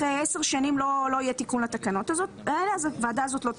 במשך עשר שנים לא יהיה תיקון לתקנות האלה והוועדה הזאת לא תקום.